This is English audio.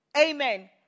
Amen